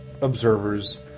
observers